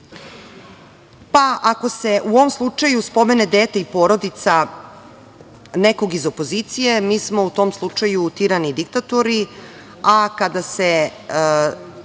Ako se u ovom slučaju spomene dete i porodica nekog iz opozicije, mi smo u tom slučaju tirani i diktatori, a kada se